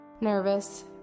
Nervous